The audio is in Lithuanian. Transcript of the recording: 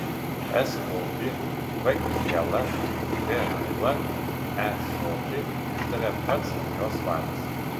s gaubį v kielą g railą e soblį išdavė pats gaujos vadas